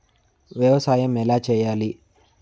వ్యవసాయం ఎలా చేయాలి?